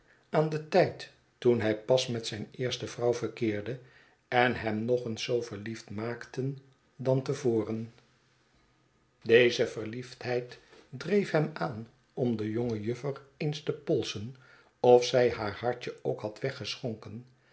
aan den tijd toen hij pas met zijne eerste vrouw verkeerde en hem nog eens zoo verliefd maakten dan te voren verliefdheid dreef hem aan om de jonge juffer eens te polsen of zij haar hartje ook had weggeschonken